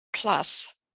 plus